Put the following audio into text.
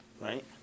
Right